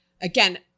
again